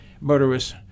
murderous